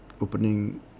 opening